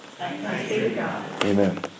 Amen